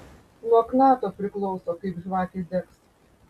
nuo knato priklauso kaip žvakė degs